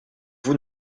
vous